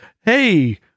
hey